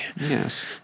Yes